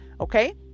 Okay